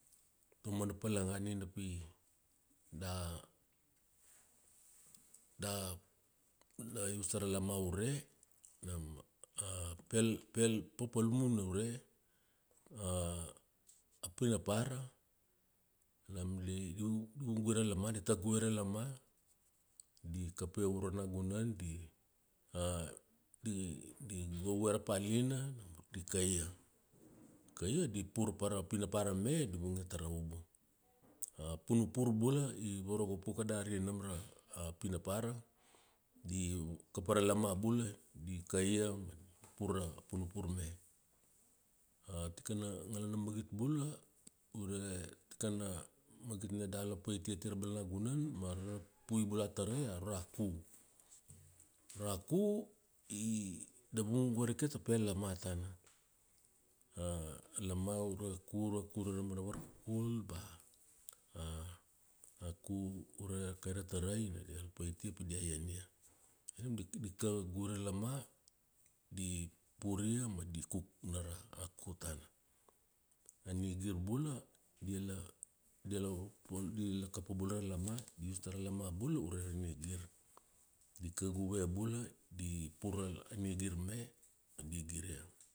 Ta umana palanga nina pi, da, da, da use tara lama ure, nam a pel, pel papalum una ure, a pinapara, nam di vungue ra lama, di tak guve ra lama, di kapaia uro nagunan di di di di govue ra palina di kaie. Di kaie di pur pa ra pinapara me di vungia tara ubu. A punupur bula i vorogop uka dari nam ra pinapara. Di ka pa ra lama bula di kaie ma di pur ra punupur me. Tikana ngala na magit bula, ure tikana magit na da la paitia ati ra balanagunan ma ra pui bula a tarai ure ra ku. Ure ku, i da vungu varike ta tepel lama tana. A lama ure kurakura mana varkukul, ba a ku ure kai ra tarai dia paitia pi dia iania. Nam di kague ra lama di puria ma di cook na ra ku tana. A nigir bula di la, di la, di la kape bule ra lama, di use ta ra lama bula ure ra nigir. Di keguve bula, di pur ra nigir me, di igiria.